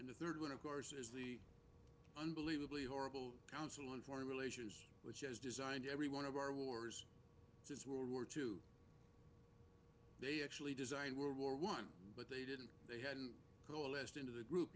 and the third one of course is the unbelievably horrible council on foreign relations which has designed every one of our wars since world war two they actually designed world war one but didn't they hadn't coalesced into the group